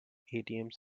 atms